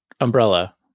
umbrella